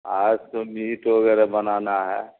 آج تو میٹ وغیرہ بنانا ہے